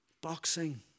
boxing